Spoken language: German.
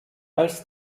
als